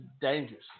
dangerous